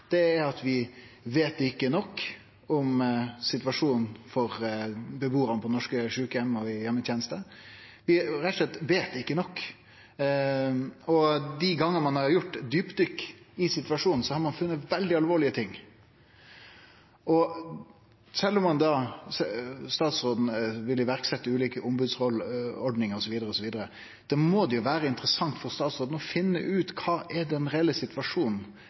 norske sjukeheimar og dei som mottar heimetenester. Vi veit rett og slett ikkje nok. Dei gongane ein har gjort djupdykk i situasjonen, har ein funne veldig alvorlege ting. Sjølv om statsråden vil setje i verk ulike ombodsordningar, osv., må det jo vere interessant for ho å finne ut kva som er den reelle situasjonen.